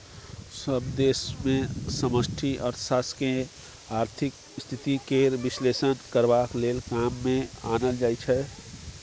सभ देश मे समष्टि अर्थशास्त्र केँ आर्थिक स्थिति केर बिश्लेषण करबाक लेल काम मे आनल जाइ छै